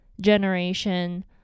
generation